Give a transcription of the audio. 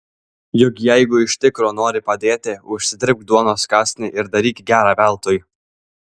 juk jeigu iš tikro nori padėti užsidirbk duonos kąsnį ir daryk gera veltui